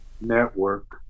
Network